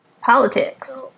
Politics